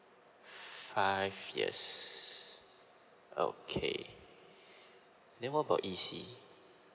five yes okay then what about E_C